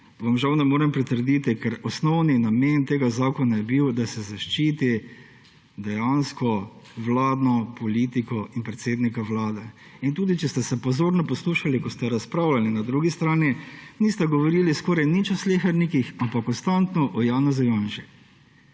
vam žal ne morem pritrditi, ker osnovni namen tega zakona je bil, da se zaščiti dejansko vladno politiko in predsednika Vlade. Tudi če ste se pozorno poslušali, ko ste razpravljali na drugi strani, niste govorili skoraj nič o slehernikih, ampak konstantno o Janezu Janši.